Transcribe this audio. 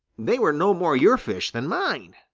they were no more your fish than mine,